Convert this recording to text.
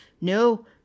No